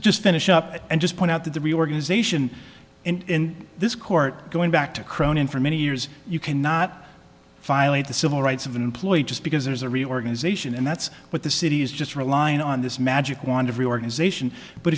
finish up and just point out that the reorganization and this court going back to cronin for many years you cannot file a the civil rights of an employee just because there is a reorganization and that's what the city is just relying on this magic wand